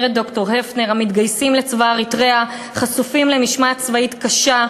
אומרת ד"ר הפנר: "המתגייסים לצבא אריתריאה חשופים למשמעת צבאית קשה,